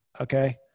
Okay